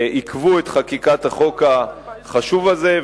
עיכבו את חקיקת החוק החשוב הזה.